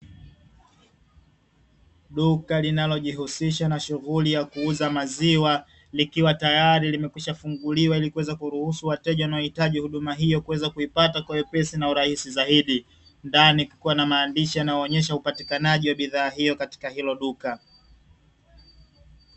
Duka linalojihusisha na shughuli ya kuuza maziwa likiwa tayari limekwishafunguliwa ili kuweza kuruhusu wateja wanaohitaji huduma hiyo kuweza kuipata kwa wepesi na urahisi zaidi. Ndani kukiwa na maandishi yanayoonyesha upatikanaji wa bidhaa hiyo katika hilo duka.